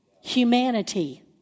Humanity